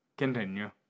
Continue